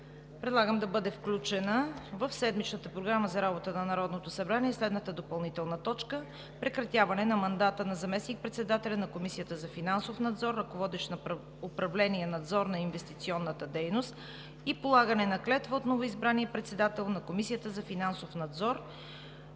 Предлагам да бъде включена в седмичната програма за работа на Народното събрание следната допълнителна точка – Прекратяване на мандата на заместник-председателя на Комисията за финансов надзор, ръководещ управление „Надзор на инвестиционната дейност“ и полагане на клетва от новоизбрания председател на Комисията за финансов надзор.